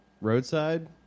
Roadside